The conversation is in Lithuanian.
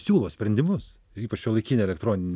siūlo sprendimus ypač šiuolaikinė elektroninė